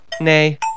Nay